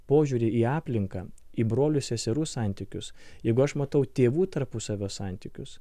požiūrį į aplinką į brolių seserų santykius jeigu aš matau tėvų tarpusavio santykius